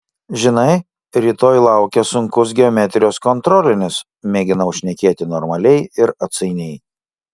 žinai rytoj laukia sunkus geometrijos kontrolinis mėginau šnekėti normaliai ir atsainiai